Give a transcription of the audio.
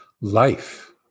life